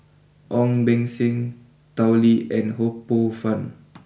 Ong Beng Seng Tao Li and Ho Poh fun